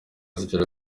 zigera